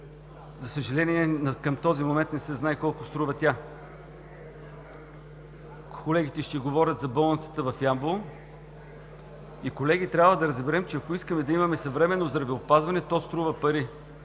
За съжаление, към този момент не се знае колко струва тя. Колегите ще говорят за болницата в Ямбол. Колеги, трябва да разберем, че ако искаме да имаме съвременно здравеопазване, то струва пари.